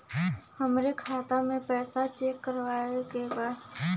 हमरे खाता मे पैसा चेक करवावे के बा?